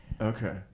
Okay